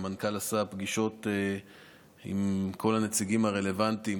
המנכ"ל עשה פגישות עם כל הנציגים הרלוונטיים